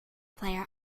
player